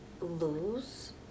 lose